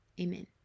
Amen